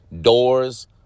Doors